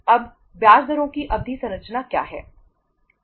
अब ब्याज दरों की अवधि संरचना क्या है